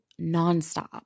nonstop